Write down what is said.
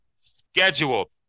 schedule